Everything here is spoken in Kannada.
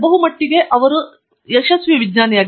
ಮತ್ತು ಬಹುಮಟ್ಟಿಗೆ ಅವರು ಹೆಚ್ಚು ಯಶಸ್ವಿ ವಿಜ್ಞಾನಿ